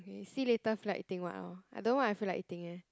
okay see later feel like eating [what] loh I don't know what I feel like eating eh